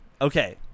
Okay